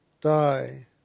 Die